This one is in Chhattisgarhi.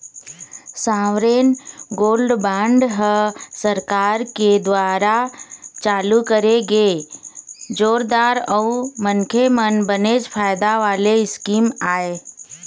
सॉवरेन गोल्ड बांड ह सरकार के दुवारा चालू करे गे जोरदार अउ मनखे मन बनेच फायदा वाले स्कीम आय